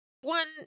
One